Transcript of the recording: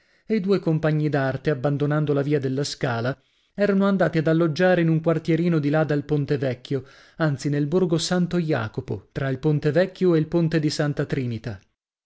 e i due compagni d'arte abbandonando la via della scala erano andati ad alloggiare in un quartierino di là dal ponte vecchio anzi nel borgo santo jacopo tra il ponte vecchio e il ponte di santa trinita